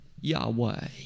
Yahweh